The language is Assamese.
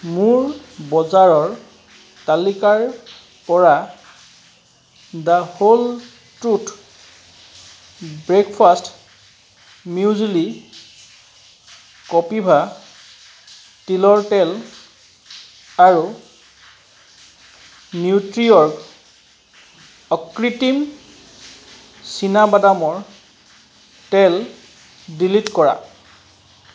মোৰ বজাৰৰ তালিকাৰ পৰা The Whole Truth breakfast muesli Kapiva তিলৰ তেল আৰু নিউট্ৰিঅৰ্গ অকৃত্ৰিম চীনাবাদামৰ তেল ডিলিট কৰা